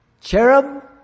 Cherub